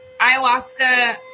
ayahuasca